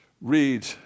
read